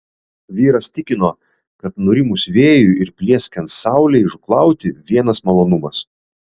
vyras tikino kad nurimus vėjui ir plieskiant saulei žūklauti vienas malonumas